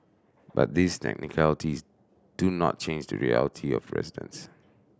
but these technicalities do not change the reality for residents